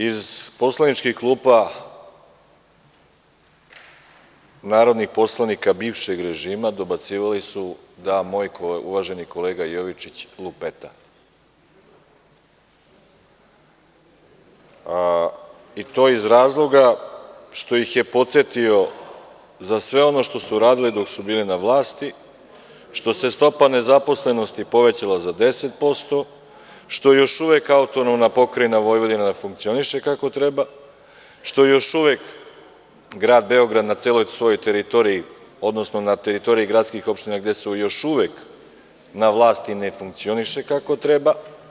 Iz poslaničkih klupa narodnih poslanika bivšeg režima dobacivali su da moj uvaženi kolega Jovičić lupeta, i to iz razloga što ih je podsetio za sve ono što su radili dok su bili na vlasti, što se stopa nezaposlenosti povećala za 10%, što još uvek AP Vojvodina ne funkcioniše kako treba, što još uvek Grad Beograd na celoj svojoj teritoriji, odnosno na teritoriji gradskih opština, gde su još uvek na vlasti, ne funkcioniše kako treba.